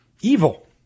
evil